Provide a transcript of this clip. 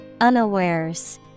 Unawares